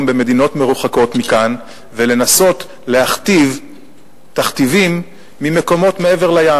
במדינות מרוחקות מכאן ולנסות להכתיב תכתיבים ממקומות מעבר לים.